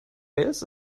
wales